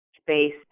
space